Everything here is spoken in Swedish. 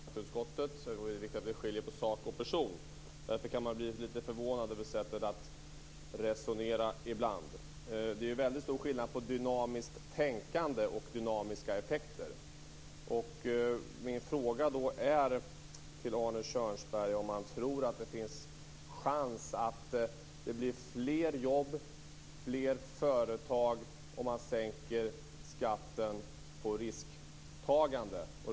Fru talman! Vi har väldigt trevligt i skatteutskottet men det kan vara viktigt att skilja på sak och person. Därför kan man bli lite förvånad över sättet att resonera ibland. Det är stor skillnad mellan dynamiskt tänkande och dynamiska effekter. Min fråga till Arne Kjörnsberg är om han tror att det finns chans till fler jobb och fler företag om skatten vid risktagande sänks.